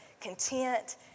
content